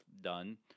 done